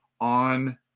on